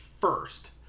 first